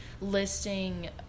listing